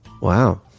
Wow